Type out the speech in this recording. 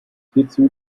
hierzu